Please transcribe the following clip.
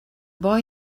boy